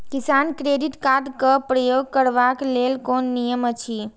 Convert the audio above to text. किसान credit card क प्रयोग करबाक लेल कोन नियम अछि?